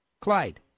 Clyde